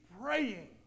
praying